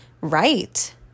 right